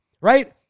right